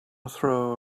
throw